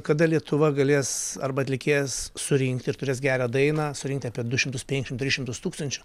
kada lietuva galės arba atlikėjas surinkt ir turės gerą dainą surinkti apie du šimtus penkšim tris šimtus tūkstančių